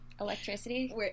electricity